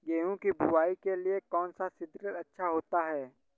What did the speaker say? गेहूँ की बुवाई के लिए कौन सा सीद्रिल अच्छा होता है?